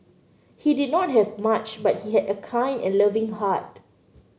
he did not have much but he had a kind and loving heart